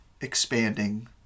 expanding